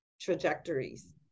trajectories